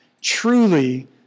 Truly